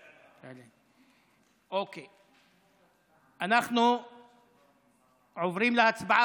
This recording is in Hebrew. אוקיי, רבותיי, אנחנו עוברים להצבעה